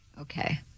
Okay